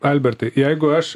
albertai jeigu aš